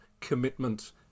commitment